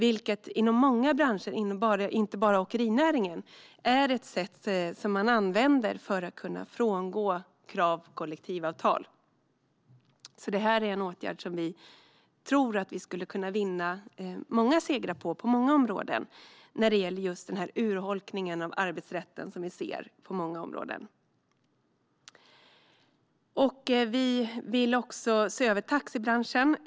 Inom många branscher, inte bara inom åkerinäringen, är det ett sätt som används för att frångå krav på kollektivavtal. Detta är alltså en åtgärd vi tror att vi skulle kunna vinna många segrar på när det gäller den urholkning av arbetsrätten som vi ser på många områden. Vi vill också se över taxibranschen.